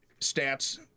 stats